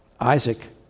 Isaac